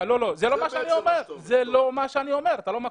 אתה לא מקשיב לי.